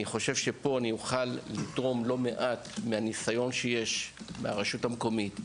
אני חושב שפה אני אוכל לתרום לא מעט מהניסיון שיש ברשות המקומית,